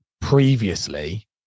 previously